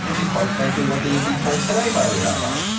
and quite frankly what they would be told today by the rabbis.